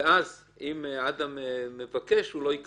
אז אם אדם קרן יבקש, הוא כבר לא יקבל,